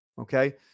Okay